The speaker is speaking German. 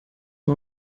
mal